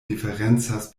diferencas